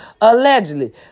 Allegedly